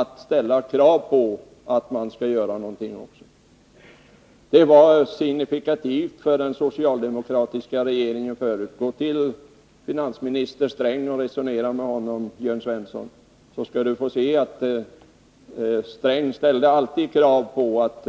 Att ställa krav var signifikativt för den socialdemokratiska regeringen. Gå, Jörn Svensson, till Gunnar Sträng och resonera med honom, så får ni se. Gunnar Sträng ställde alltid kravet, att